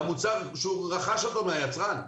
שהמוצר, שהוא רכש אותו מהיצרן.